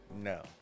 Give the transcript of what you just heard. No